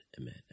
Amen